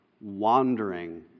wandering